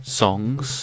songs